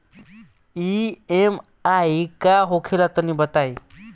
EMI का होला तनि बताई?